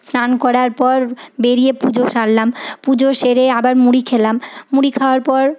স্নান করার পর বেরিয়ে পুজো সারলাম পুজো সেরে আবার মুড়ি খেলাম মুড়ি খাওয়ার পর